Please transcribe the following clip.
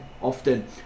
often